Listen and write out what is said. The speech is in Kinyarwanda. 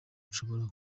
nshobora